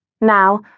Now